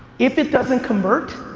if it doesn't convert,